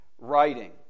writing